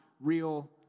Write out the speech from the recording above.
real